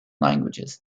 languages